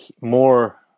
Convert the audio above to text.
more